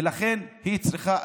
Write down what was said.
ולכן היא צריכה,